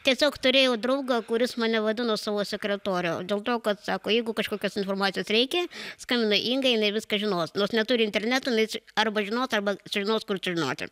tiesiog turėjau draugą kuris mane vadino savo sekretore dėl to kad sako jeigu kažkokios informacijos reikia skambina ingai jinai viską žinos nors neturi interneto arba žinos arba žinos kur sužinoti